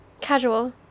Casual